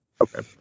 okay